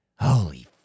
Holy